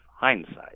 hindsight